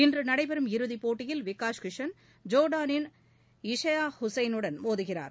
இன்றுநடைபெறும் இறுதிபோட்டியில் விகாஷ் கிஷன் ஜோர்டானின் இசையா ஷூசைனுடன் மோதுகிறார்